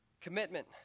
Commitment